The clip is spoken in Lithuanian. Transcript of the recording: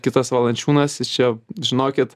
kitas valančiūnas jis čia žinokit